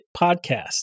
Podcast